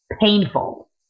painful